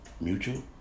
mutual